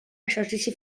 exercici